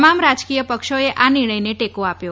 તમામ રાજકીય પક્ષોએ આ નિર્ણયને ટેકો આપ્યો